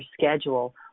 schedule